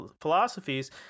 philosophies